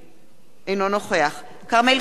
אינו נוכח כרמל שאמה-הכהן,